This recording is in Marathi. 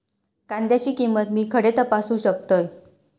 कांद्याची किंमत मी खडे तपासू शकतय?